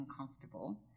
uncomfortable